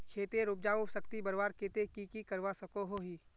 खेतेर उपजाऊ शक्ति बढ़वार केते की की करवा सकोहो ही?